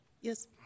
yes